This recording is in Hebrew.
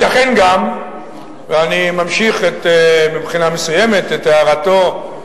אולם סעיף זה אינו